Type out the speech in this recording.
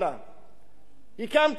הקמתי שם מוקד עירוני.